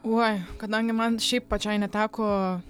uoj kadangi man šiaip pačiai neteko